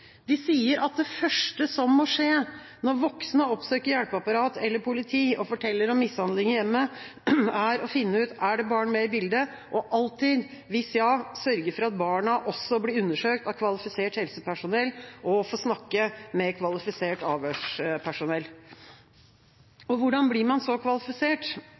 De sier at det første som må skje når voksne oppsøker hjelpeapparat eller politi og forteller om mishandling i hjemmet, er å finne ut om det er barn med i bildet, og alltid – hvis ja – sørge for at barna blir undersøkt av kvalifisert helsepersonell og får snakke med kvalifisert avhørspersonell. Hvordan blir man så kvalifisert?